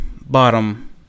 bottom